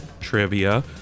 trivia